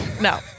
no